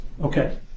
Okay